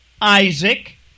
Isaac